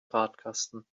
radkasten